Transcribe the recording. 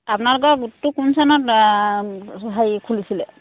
আপোনালোকৰ গোটটো কোন চনত হেৰি খুলিছিলে